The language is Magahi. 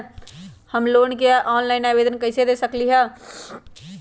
हम लोन के ऑनलाइन आवेदन कईसे दे सकलई ह?